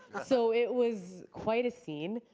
so it was quite a scene.